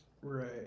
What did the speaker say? Right